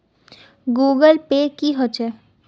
Google पै की होचे?